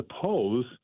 suppose